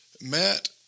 Matt